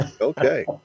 Okay